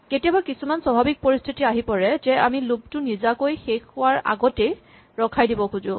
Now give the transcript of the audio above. কেতিয়াবা কিছুমান স্বাভৱিক পৰিস্হিতি আহি পৰে যে আমি লুপ টো নিজাকৈ শেষ হোৱাৰ আগতেই ৰখাই দিব খোজো